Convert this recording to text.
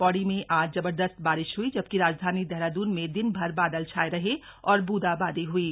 पौड़ी में आज जबरदस्त बारिश हुयी जबकि राजधानी देहरादून में दिन भर बादल छाये रहे और बूंदा बांदी हुयी